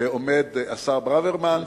עומד השר ברוורמן,